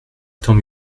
tant